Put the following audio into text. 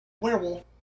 werewolf